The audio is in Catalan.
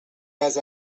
vas